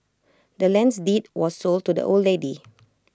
the land's deed was sold to the old lady